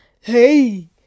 hey